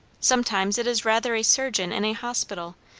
sometimes it is rather a surgeon in a hospital,